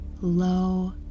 low